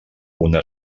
una